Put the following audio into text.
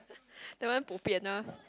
that one bo pian ah